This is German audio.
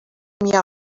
mia